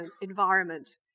environment